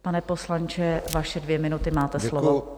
Pane poslanče, vaše dvě minuty, máte slovo.